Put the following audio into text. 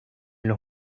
los